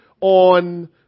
on